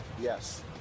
Yes